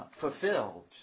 fulfilled